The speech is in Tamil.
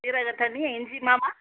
ஜீரகத்தண்ணி இஞ்சிமாம்மா